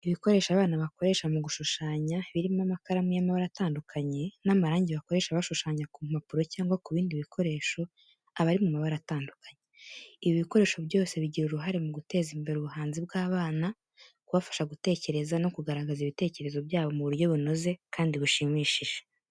Ibikoresho abana bakoresha mu gushushanya birimo amakaramu y'amabara atandukanye, n'amarangi bakoresha bashushanya ku mpapuro cyangwa ku bindi bikoresho aba ari mu mabara atandukanye. Ibi bikoresho byose bigira uruhare mu guteza imbere ubuhanzi bw'abana, kubafasha gutekereza no kugaragaza ibitekerezo byabo mu buryo bunoze kandi bushimishije.